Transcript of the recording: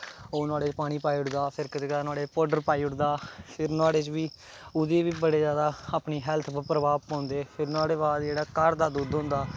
ओह् नोहाड़े च पानी पाई ओड़दा फिर कदें कदार नुाहड़े च पौडर पाई ओड़दा ओह्दे च फिर नोहाड़े च बी बड़े जादा अपनी हैल्थ पर बी प्रभाव पौंदे फिर नोहाड़े बाद जेह्ड़ा घर दा दुद्ध होंदा